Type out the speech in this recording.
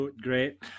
Great